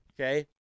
Okay